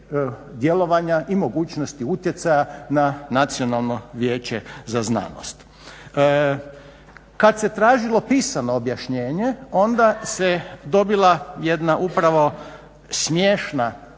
djelovanja i mogućnosti utjecaja na Nacionalno vijeće za znanost. Kad se tražilo pisano objašnjenje, onda se dobila jedan upravo smiješan